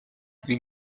این